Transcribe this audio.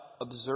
observe